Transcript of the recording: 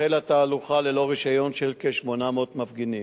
החלה תהלוכה ללא רשיון של כ-800 מפגינים.